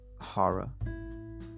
horror